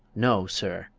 no, sir,